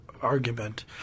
argument